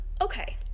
Okay